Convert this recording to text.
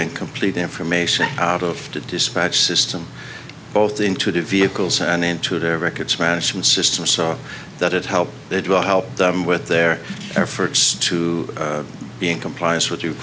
and complete information out of the dispatch system both into the vehicles and into their records management system so that it helps it will help them with their efforts to be in compliance with you